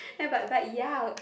like but but ya